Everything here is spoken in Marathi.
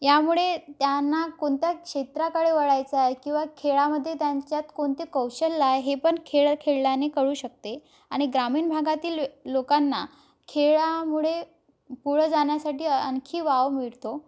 यामुळे त्यांना कोणत्या क्षेत्राकडे वळायचं आहे किंवा खेळामध्ये त्यांच्यात कोणते कौशल्य आहे हे पण खेळ खेळल्याने कळू शकते आणि ग्रामीण भागातील लोकांना खेळामुळे पुढं जाण्यासाठी आणखी वाव मिळतो